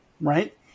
right